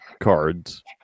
cards